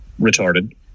retarded